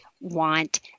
want